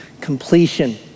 completion